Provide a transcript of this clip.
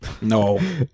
No